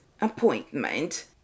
appointment